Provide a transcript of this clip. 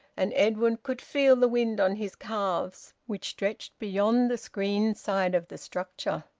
and edwin could feel the wind on his calves, which stretched beyond the screened side of the structure.